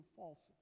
false